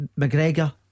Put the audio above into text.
McGregor